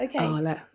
Okay